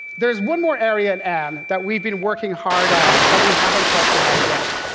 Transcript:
there's one more area in n that we've been working hard on that we haven't talked about yet.